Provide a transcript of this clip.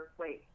wait